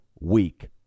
week